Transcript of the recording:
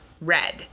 red